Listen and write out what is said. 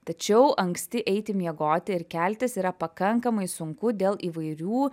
tačiau anksti eiti miegoti ir keltis yra pakankamai sunku dėl įvairių